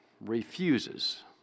refuses